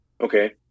Okay